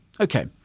Okay